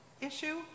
issue